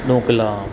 dhokla